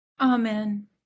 Amen